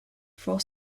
for